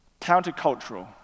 countercultural